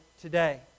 today